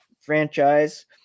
franchise